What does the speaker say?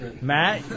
Matt